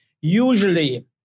usually